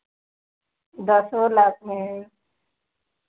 दसो लाख में है